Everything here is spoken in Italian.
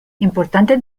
importante